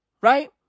Right